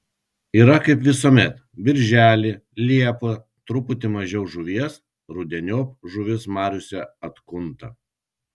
yra kaip visuomet birželį liepą truputį mažiau žuvies rudeniop žuvis mariose atkunta